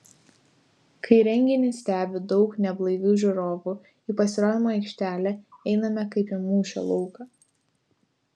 kai renginį stebi daug neblaivių žiūrovų į pasirodymo aikštelę einame kaip į mūšio lauką